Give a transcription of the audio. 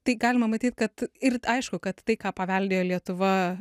tai galima matyt kad ir aišku kad tai ką paveldėjo lietuva